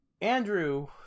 Andrew